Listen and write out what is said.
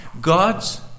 God's